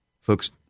Folks